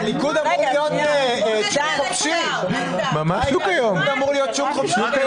הפיקוח של משרד הבריאות על קופות החולים הוא מוגבל בלשון המעטה,